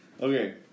Okay